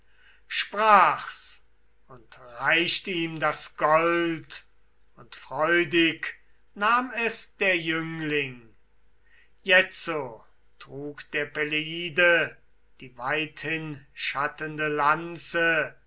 sprach's und reicht ihm das gold und freudig nahm es der jüngling jetzo trug der peleide die weithinschattende lanze